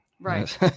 Right